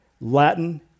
Latin